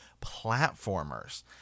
platformers